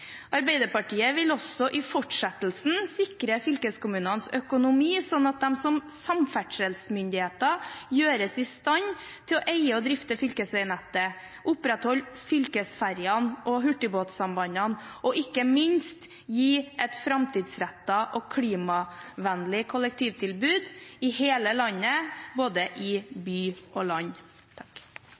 Arbeiderpartiet vil også i fortsettelsen sikre fylkeskommunenes økonomi, sånn at de som samferdselsmyndigheter gjøres i stand til å eie og drifte fylkesveinettet, opprettholde fylkesfergene og hurtigbåtsambandene, og ikke minst gi et framtidsrettet og klimavennlig kollektivtilbud i hele landet, i både by og land.